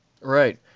Right